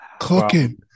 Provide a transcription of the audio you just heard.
Cooking